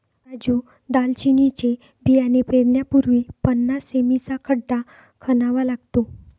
राजू दालचिनीचे बियाणे पेरण्यापूर्वी पन्नास सें.मी चा खड्डा खणावा लागतो